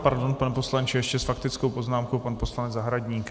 Pardon, pane poslanče, ještě s faktickou poznámkou pan poslanec Zahradník.